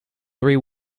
three